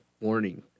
warning